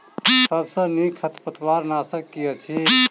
सबसँ नीक खरपतवार नाशक केँ अछि?